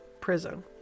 prison